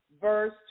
verse